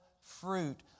fruit